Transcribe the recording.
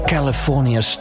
California